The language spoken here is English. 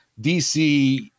DC